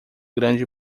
grande